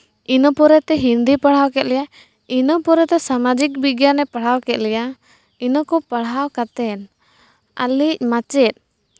ᱤᱱᱟᱹ ᱯᱚᱨᱮᱛᱮ ᱦᱤᱱᱫᱤ ᱯᱟᱲᱦᱟᱣ ᱠᱮᱫ ᱞᱮᱭᱟᱭ ᱤᱱᱟᱹ ᱯᱚᱨᱮᱛᱮ ᱥᱟᱢᱟᱡᱤᱠ ᱵᱤᱜᱽᱜᱟᱱᱮ ᱯᱟᱲᱦᱟᱣ ᱠᱮᱫ ᱞᱮᱭᱟ ᱤᱱᱟᱹ ᱠᱚ ᱯᱟᱲᱦᱟᱣ ᱠᱟᱛᱮᱫ ᱟᱞᱮᱭᱤᱡ ᱢᱟᱪᱮᱫ